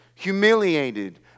humiliated